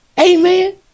Amen